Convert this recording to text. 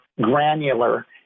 granular